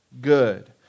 good